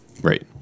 right